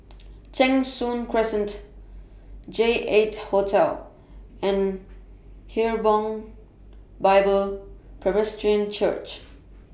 Cheng Soon Crescent J eight Hotel and Hebron Bible Presbyterian Church